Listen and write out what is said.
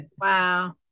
Wow